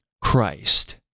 Christ